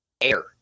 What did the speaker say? air